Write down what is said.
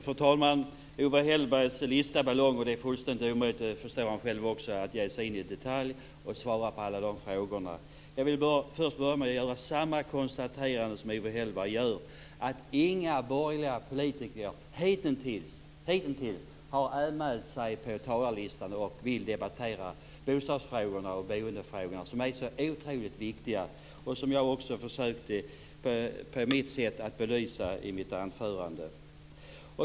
Fru talman! Owe Hellbergs lista var lång, och han förstår själv att det är fullständigt omöjligt att i detalj svara på alla hans frågor. Jag vill först göra samma konstaterande som Owe Hellberg gjorde, nämligen att inga borgerliga politiker hitintills har anmält sig på talarlistan för att debattera bostads och boendefrågorna, som är så oerhört viktiga och som också jag på mitt sätt försökte att belysa i mitt anförande.